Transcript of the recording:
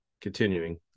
continuing